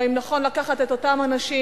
או האם נכון לקחת את אותם אנשים,